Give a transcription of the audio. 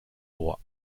droit